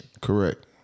Correct